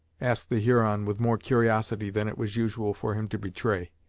asked the huron with more curiosity than it was usual for him to betray.